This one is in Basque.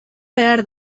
behar